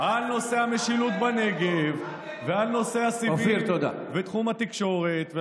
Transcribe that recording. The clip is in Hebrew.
בממשלה על נושא המשילות בנגב ועל נושא הסיבים ותחום התקשורת.